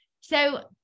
so-